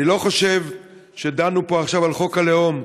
אני לא חושב שדנו פה עכשיו על חוק הלאום.